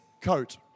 coat